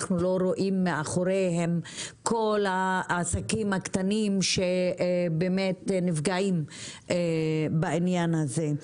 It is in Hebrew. אנחנו לא רואים מאחוריהם את כל העסקים הקטנים שנפגעים בעניין הזה,